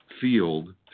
field